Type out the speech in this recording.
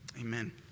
Amen